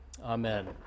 Amen